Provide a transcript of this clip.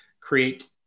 create